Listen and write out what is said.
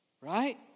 Right